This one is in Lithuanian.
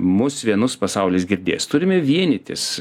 mus vienus pasaulis girdės turime vienytis